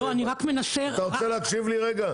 אתה רוצה להקשיב לי רגע?